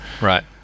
Right